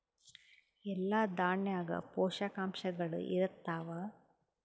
ಎಲ್ಲಾ ದಾಣ್ಯಾಗ ಪೋಷಕಾಂಶಗಳು ಇರತ್ತಾವ?